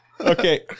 Okay